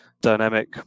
dynamic